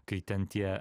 kai ten tie